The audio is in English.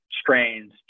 strains